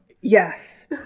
Yes